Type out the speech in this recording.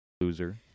loser